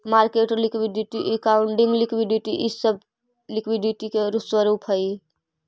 market liquidity, accounting liquidity इ सब liquidity के स्वरूप हई